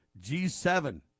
G7